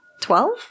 Twelve